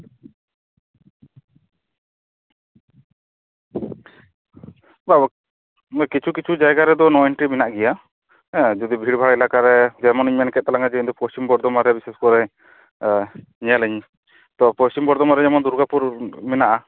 ᱠᱤᱪᱷᱩ ᱠᱤᱪᱷᱩ ᱡᱟᱭᱜᱟ ᱨᱮᱫᱚ ᱱᱳ ᱮᱱᱴᱨᱤ ᱢᱮᱱᱟᱜ ᱜᱮᱭᱟ ᱦᱮᱸ ᱡᱩᱫᱤ ᱵᱷᱤᱲᱼᱵᱷᱟᱲ ᱮᱞᱟᱠᱟ ᱨᱮ ᱦᱮᱸ ᱡᱮᱢᱚᱱᱤᱧ ᱢᱮᱱ ᱠᱮᱫ ᱛᱟᱞᱟᱝᱟ ᱤᱧ ᱫᱚ ᱯᱚᱥᱪᱤᱢ ᱵᱚᱨᱷᱚᱢᱟᱱ ᱨᱮ ᱵᱤᱥᱮᱥ ᱠᱚᱨᱮ ᱧᱮᱞᱟᱹᱧ ᱛᱚ ᱯᱚᱥᱪᱤᱢ ᱵᱚᱨᱫᱷᱚᱢᱟᱱ ᱨᱮ ᱡᱮᱢᱚᱱ ᱫᱩᱨᱜᱟᱹᱯᱩᱨ ᱢᱮᱱᱟᱜᱼᱟ